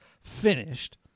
finished